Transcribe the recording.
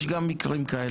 יש גם מקרים כאלה.